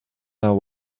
know